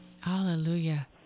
Hallelujah